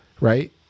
Right